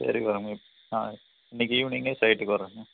சரி வாங்க ஆ இன்னைக்கு ஈவினிங்கு சைட்டுக்கு வர்றேங்க